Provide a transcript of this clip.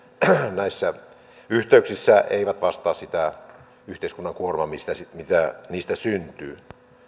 näissä yhteyksissä eivät vastaa sitä yhteiskunnan kuormaa mitä niistä syntyy